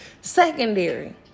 Secondary